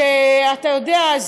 שאתה יודע,